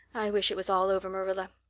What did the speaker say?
i wish it was all over, marilla.